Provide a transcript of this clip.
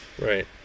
Right